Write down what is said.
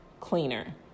cleaner